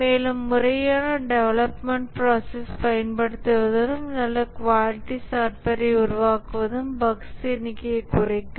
மேலும் முறையான development process பயன்படுத்துவதும் நல்ல குவாலிட்டி சாப்ட்வேரை உருவாக்குவதும் பஃக்ஸ் எண்ணிக்கையைக் குறைக்கும்